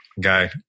Guy